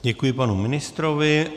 Děkuji panu ministrovi.